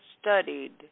studied